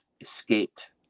escaped